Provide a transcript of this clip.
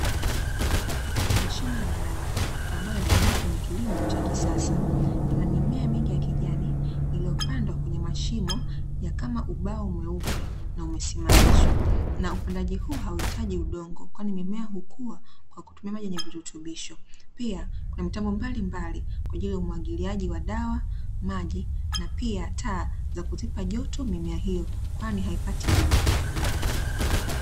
Mashine maalumu ambayo inatumika kwenye kilimo cha kisasa. Ina mimea mingi ya kijani, iliyopandwa kwenye mashimo ya kama ubao mweupe na umesimamishwa. Na upandaji huu, hauhitaji udongo, kwani mimea hukua kwa kutumia maji yenye virutubisho. Pia kuna mitambo mbalimbali, kwa ajili ya umwagiliaji wa dawa, maji; na pia taa za kuzipa joto mimea hiyo kwani haipati jua.